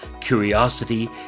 curiosity